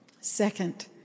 Second